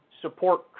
support